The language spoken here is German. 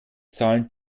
zahlen